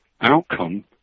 outcome